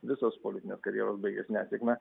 visos politinės karjeros baigiasi nesėkme